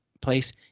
place